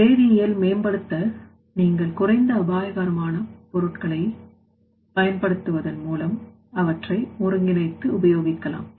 வேதியல் மேம்படுத்த நீங்கள் குறைந்த அபாயகரமான பொருட்களை பயன்படுத்துவதன் மூலம் அவற்றை ஒருங்கிணைத்து உபயோகிக்கலாம்